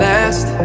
Last